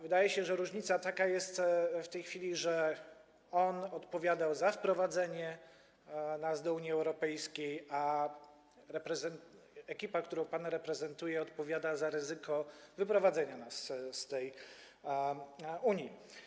Wydaje się, że różnica jest w tej chwili taka, że on odpowiadał za wprowadzenie nas do Unii Europejskiej, a ekipa, którą pan reprezentuje, odpowiada za ryzyko wyprowadzenia nas z tej Unii.